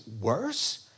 worse